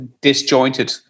disjointed